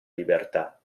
libertà